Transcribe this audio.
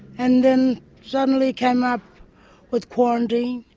and then suddenly came up with quarantine,